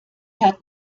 hat